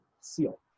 Seal